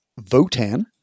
votan